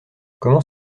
comment